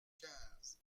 quinze